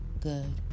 Good